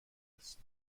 است